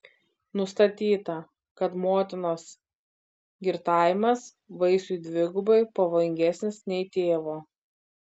nustatyta kad motinos girtavimas vaisiui dvigubai pavojingesnis nei tėvo